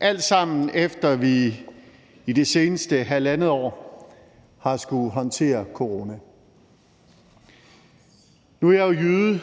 alt sammen, efter at vi i det seneste halvandet år har skullet håndtere corona. Nu er jeg jo jyde,